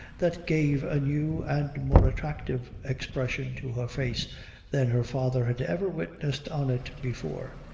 that gave a new and more attractive expression to her face than her father had ever witnessed on it before.